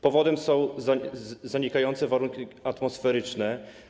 Powodem są zanikające warunki atmosferyczne.